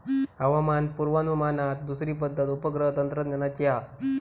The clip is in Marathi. हवामान पुर्वानुमानात दुसरी पद्धत उपग्रह तंत्रज्ञानाची हा